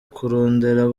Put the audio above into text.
kurondera